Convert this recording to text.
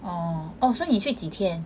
orh orh so 你去几天